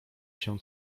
się